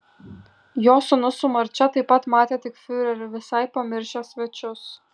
jo sūnus su marčia taip pat matė tik fiurerį visai pamiršę svečius